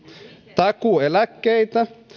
takuueläkkeitä